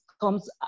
comes